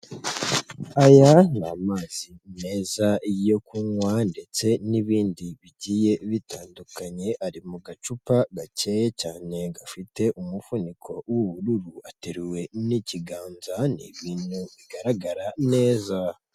Aya ni amazi meza yo kunywa, ndetse n'ibindi bigiye bitandukanye, ari mu gacupa gakeya cyane gafite umufuniko w'ubururu, ateruwe n'ikiganza, ni ibintu bigaragara neza.